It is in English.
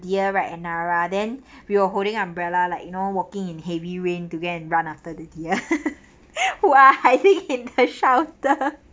deer right at nara then we were holding umbrella like you know walking in heavy rain to go run after the deer who are hiding in the shelter